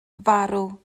farw